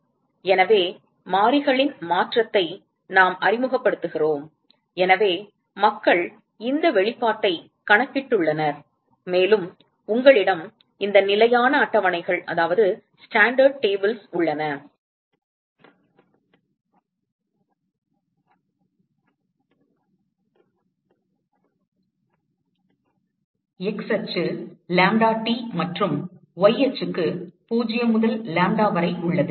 எனவே மாறிகளின் மாற்றத்தை நாம் அறிமுகப்படுத்துகிறோம் எனவே மக்கள் இந்த வெளிப்பாட்டைக் கணக்கிட்டுள்ளனர் மேலும் உங்களிடம் இந்த நிலையான அட்டவணைகள் உள்ளன x அச்சு lambdaT மற்றும் y அச்சுக்கு 0 முதல் லாம்ப்டா வரை உள்ளது